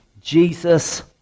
Jesus